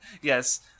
yes